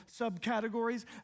subcategories